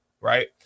right